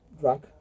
drunk